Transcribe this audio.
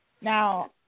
Now